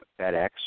FedEx